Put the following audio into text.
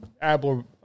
Apple